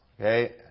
Okay